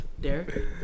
Derek